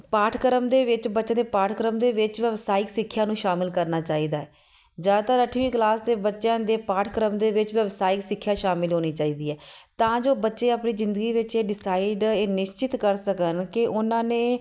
ਪਾਠਕ੍ਰਮ ਦੇ ਵਿੱਚ ਬੱਚਿਆਂ ਦੇ ਪਾਠਕ੍ਰਮ ਦੇ ਵਿੱਚ ਵਿਵਸਾਇਕ ਸਿੱਖਿਆ ਨੂੰ ਸ਼ਾਮਿਲ ਕਰਨਾ ਚਾਹੀਦਾ ਜ਼ਿਆਦਾਤਰ ਅੱਠਵੀਂ ਕਲਾਸ ਦੇ ਬੱਚਿਆਂ ਦੇ ਪਾਠਕ੍ਰਮ ਦੇ ਵਿੱਚ ਵਿਵਸਾਇਕ ਸਿੱਖਿਆ ਸ਼ਾਮਿਲ ਹੋਣੀ ਚਾਹੀਦੀ ਹੈ ਤਾਂ ਜੋ ਬੱਚੇ ਆਪਣੀ ਜ਼ਿੰਦਗੀ ਵਿੱਚ ਇਹ ਡਿਸਾਈਡ ਇਹ ਨਿਸ਼ਚਿਤ ਕਰ ਸਕਣ ਕਿ ਉਹਨਾਂ ਨੇ